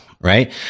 right